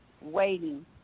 Waiting